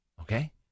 Okay